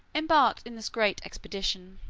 embarked in this great expedition.